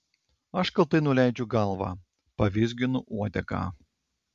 aš kaltai nuleidžiu galvą pavizginu uodegą